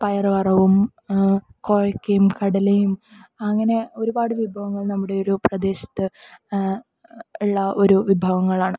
പയറു വറവും കോവയ്ക്കയും കടലയും അങ്ങനെ ഒരുപാട് വിഭവങ്ങൾ നമ്മുടെ ഈ ഒരു പ്രദേശത്ത് ഉള്ള ഒരു വിഭവങ്ങൾ ആണ്